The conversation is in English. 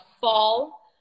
fall